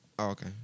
Okay